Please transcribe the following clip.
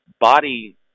body